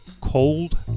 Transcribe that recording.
cold